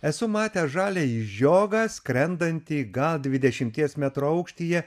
esu matęs žaliąjį žiogą skrendantį gal dvidešimties metrų aukštyje